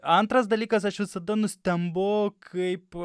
antras dalykas aš visada nustembu kaip